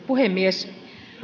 puhemies